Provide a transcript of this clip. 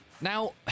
Now